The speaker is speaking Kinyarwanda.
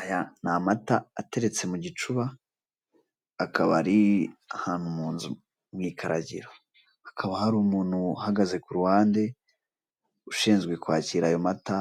Aya ni amata ateretse mu gicuba akaba ari ahantu mu nzu mu ikaragiro, hakaba hari umuntu uhagaze ku ruhande ushinzwe kwakira ayo mata